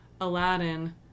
Aladdin